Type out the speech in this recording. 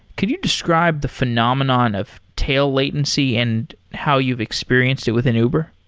could you describe the phenomenon of tail latency and how you've experienced it within uber?